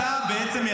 אתה בעצם,